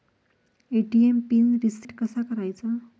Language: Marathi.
ए.टी.एम पिन रिसेट कसा करायचा?